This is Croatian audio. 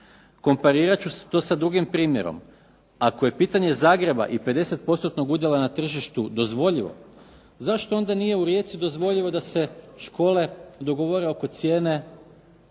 Komparirat ću to sa drugim primjerom. Ako je pitanje Zagreba i 50 postotnog udjela na tržištu dozvoljivo, zašto onda nije u Rijeci dozvoljivo da se škole dogovore oko cijene